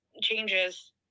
changes